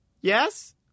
Yes